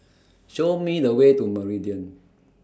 Show Me The Way to Meridian